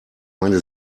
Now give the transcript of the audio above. meine